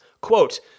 Quote